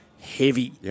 heavy